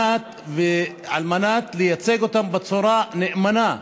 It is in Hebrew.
על מנת לייצג אותם בצורה נאמנה.